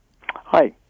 Hi